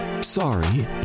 sorry